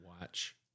watch